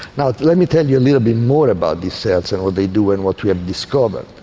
now let me tell you a little bit more about these cells and what they do and what we have discovered.